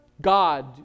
God